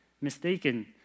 mistaken